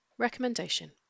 Recommendation